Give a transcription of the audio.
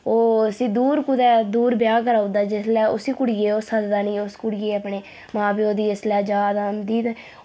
ओह् उसी दूर कुतै दूर ब्याह् कराई ओड़दा जिसलै उसी कुड़ियै ओह् सद्ददा नेईं उसी कुड़ियै अपने मां प्यो दी जिसलै याद आंदी ते